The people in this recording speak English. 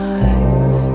eyes